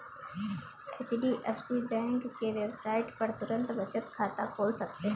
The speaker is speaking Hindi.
एच.डी.एफ.सी बैंक के वेबसाइट पर तुरंत बचत खाता खोल सकते है